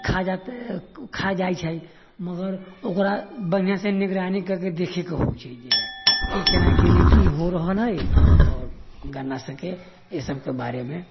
खा जाइ छै मगर ओकरा बढ़िऑं से निगरानी करके देखै के होइ छै जे कि केना कि नहि की हो रहल है आओर गन्ना सभके ई सभके बारे मे